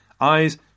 eyes